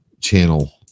channel